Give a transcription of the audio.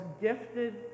gifted